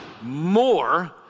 more